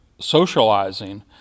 socializing